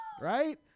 right